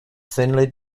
thinly